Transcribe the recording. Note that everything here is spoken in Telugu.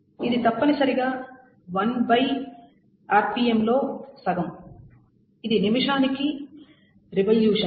ఇది తప్పనిసరిగా 1 rpm లో సగం ఇది నిమిషానికి రివొల్యూషన్లు